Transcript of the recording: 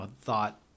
thought